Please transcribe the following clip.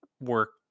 work